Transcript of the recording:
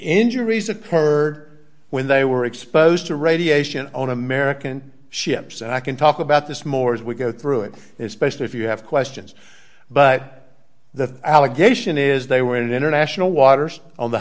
injuries occurred when they were exposed to radiation on american ships and i can talk about this more as we go through it is specially if you have questions but the allegation is they were in international waters on the